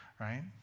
right